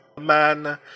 man